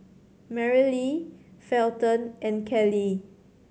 Merrilee Felton and Kellee